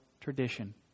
tradition